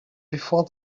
before